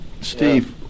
Steve